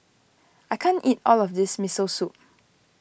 I can't eat all of this Miso Soup